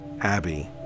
Abby